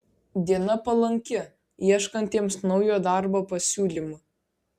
diena palanki ieškantiems naujo darbo pasiūlymų